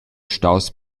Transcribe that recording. staus